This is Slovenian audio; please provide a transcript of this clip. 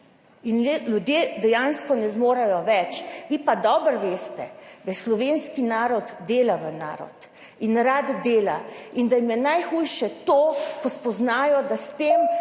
in ljudje dejansko ne zmorejo več, vi pa dobro veste, da je slovenski narod delaven narod, rad dela in da jim je najhujše to, ko spoznajo, da s tem,